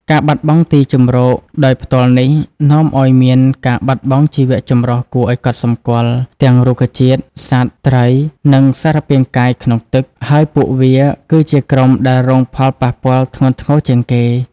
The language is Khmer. ការបាត់បង់ទីជម្រកដោយផ្ទាល់នេះ នាំឱ្យមានការបាត់បង់ជីវៈចម្រុះគួរឱ្យកត់សម្គាល់ ទាំងរុក្ខជាតិ សត្វ ត្រី និងសារពាង្គកាយក្នុងទឹក ហើយពួគវាគឺជាក្រុមដែលរងផលប៉ះពាល់ធ្ងន់ធ្ងរជាងគេ។